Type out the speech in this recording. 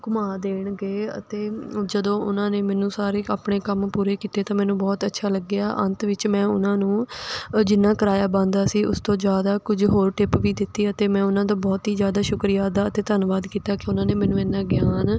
ਘੁੰਮਾ ਦੇਣਗੇ ਅਤੇ ਜਦੋਂ ਉਹਨਾਂ ਨੇ ਮੈਨੂੰ ਸਾਰੇ ਆਪਣੇ ਕੰਮ ਪੂਰੇ ਕੀਤੇ ਤਾਂ ਮੈਨੂੰ ਬਹੁਤ ਅੱਛਾ ਲੱਗਿਆ ਅੰਤ ਵਿੱਚ ਮੈਂ ਉਹਨਾਂ ਨੂੰ ਅ ਜਿੰਨਾ ਕਰਾਇਆ ਬਣਦਾ ਸੀ ਉਸ ਤੋਂ ਜ਼ਿਆਦਾ ਕੁਝ ਹੋਰ ਟਿੱਪ ਵੀ ਦਿੱਤੀ ਅਤੇ ਮੈਂ ਉਹਨਾਂ ਤੋਂ ਬਹੁਤ ਹੀ ਜ਼ਿਆਦਾ ਸ਼ੁਕਰੀਆ ਅਦਾ ਅਤੇ ਧੰਨਵਾਦ ਕੀਤਾ ਕਿ ਉਹਨਾਂ ਨੇ ਮੈਨੂੰ ਇੰਨਾ ਗਿਆਨ